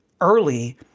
early